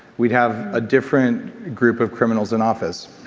we'd have a different group of criminals in office